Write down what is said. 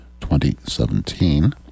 2017